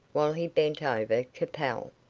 while he bent over capel.